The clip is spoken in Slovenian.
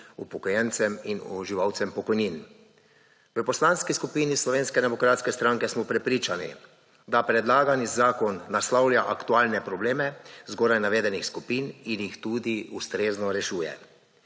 upokojencem in uživalcem pokojnin. V Poslanski skupini Slovenske demokratske stranke smo prepričani, da prelagani zakon naslavlja aktualne probleme zgoraj navedenih skupin in jih tudi ustrezno rešuje.